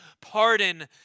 pardon